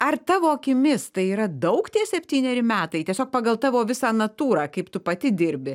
ar tavo akimis tai yra daug tie septyneri metai tiesiog pagal tavo visą natūrą kaip tu pati dirbi